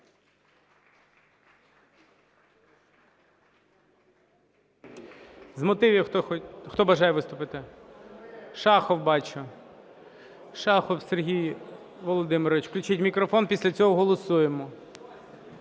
З мотивів хто бажає виступити? Шахов, бачу. Шахов Сергій Володимирович. Включіть мікрофон. Після цього голосуємо.